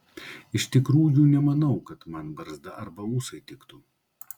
iš tikrųjų nemanau kad man barzda arba ūsai tiktų